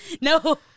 No